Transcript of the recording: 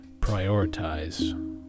prioritize